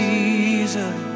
Jesus